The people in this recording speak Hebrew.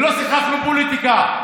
לא שיחקנו פוליטיקה,